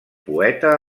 poeta